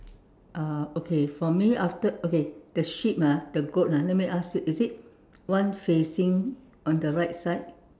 uh okay for me after okay the sheep ah the goat ah let me ask you is it one facing on the right side